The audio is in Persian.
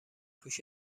پوش